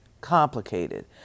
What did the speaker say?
complicated